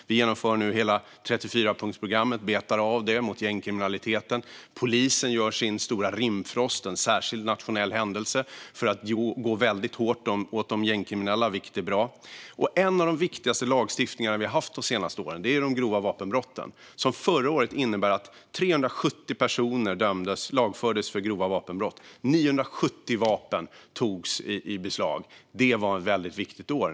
Vi genomför nu hela 34-punktsprogrammet och betar av det mot gängkriminaliteten. Polisen gör sin stora operation Rimfrost, en nationell särskild händelse. De går då väldigt hårt åt de gängkriminella, vilket är bra. En av de viktigaste lagstiftningar vi har gjort de senaste åren gäller de grova vapenbrotten. Förra året lagfördes 370 personer för grova vapenbrott. 970 vapen togs i beslag. Det var ett väldigt viktigt år.